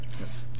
Yes